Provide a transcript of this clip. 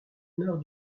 nord